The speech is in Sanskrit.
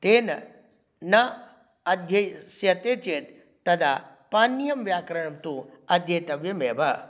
तेन न अध्येष्यते चेत् तदा पाणिनीयं व्याकरणन्तु अध्येतव्यमेव